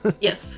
Yes